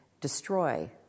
destroy